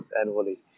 annually